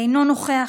אינו נוכח,